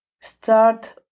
start